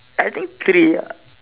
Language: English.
I think three ah